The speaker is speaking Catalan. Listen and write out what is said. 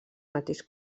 mateix